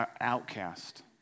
outcast